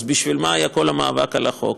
אז בשביל מה היה כל המאבק על החוק?